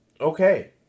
okay